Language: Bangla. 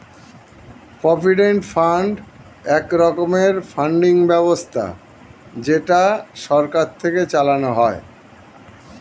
প্রভিডেন্ট ফান্ড এক রকমের ফান্ডিং ব্যবস্থা যেটা সরকার থেকে চালানো হয়